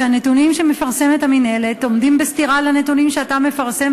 הנתונים שמפרסמת המינהלת עומדים בסתירה לנתונים שאתה מפרסם,